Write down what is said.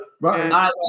Right